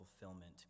fulfillment